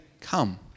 Come